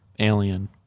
alien